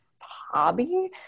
hobby